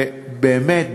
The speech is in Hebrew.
באמת,